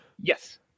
Yes